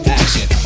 action